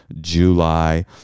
July